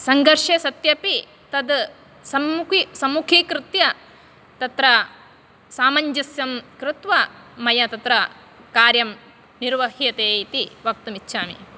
सङ्घर्षे सत्यपि तद् सम्मुखी समुखीकृत्य तत्र सामञ्जस्यं कृत्वा मया तत्र कार्यं निर्वह्यते इति वक्तुं इच्छामि